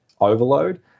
overload